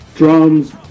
Drums